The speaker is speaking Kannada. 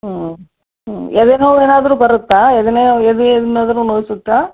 ಹ್ಞೂ ಹ್ಞೂ ಎದೆನೋವು ಏನಾದರೂ ಬರುತ್ತಾ ಎದೆನೋವು ಎದೆ ಏನಾದರೂ ನೋಯುತ್ತಾ